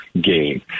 game